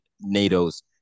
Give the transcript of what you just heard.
NATO's